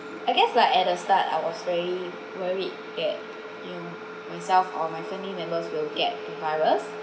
I guess like at the start I was very worried that you know myself or my family members will get the virus